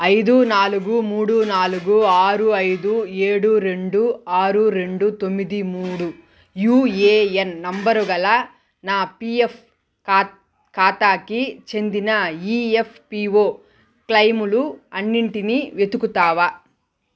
ఐదు నాలుగు మూడు నాలుగు ఆరు ఐదు ఏడు రెండు ఆరు రెండు తొమ్మిది మూడు యుఏఎన్ నెంబరు గల నా పిఎఫ్ ఖాత్ ఖాతాకి చెందిన ఈఎఫ్పిఓ క్లెయిములు అన్నింటినీ వెతుకుతావా